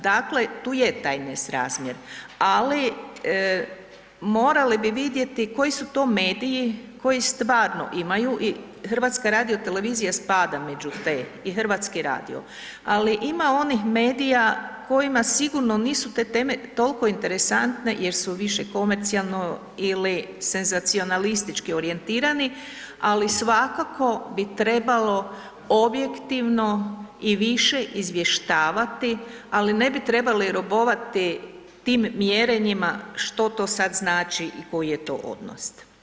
Dakle, tu je taj nesrazmjer, ali morali bi vidjeti koji su to mediji koji stvarno imaju i HRT spada među te i Hrvatski radio, ali ima onih medija kojima sigurno nisu te teme tolko interesantne jer su više komercionalno ili senzacionalistički orijentirani, ali svakako bi trebalo objektivno i više izvještavati, ali ne bi trebali robovati tim mjerenjima što to sad znači i koji je to odnos.